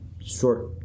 short